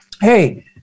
Hey